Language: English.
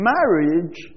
Marriage